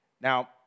Now